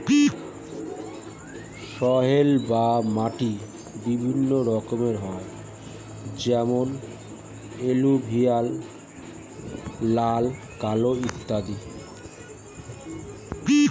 soil বা মাটি বিভিন্ন রকমের হয় যেমন এলুভিয়াল, লাল, কালো ইত্যাদি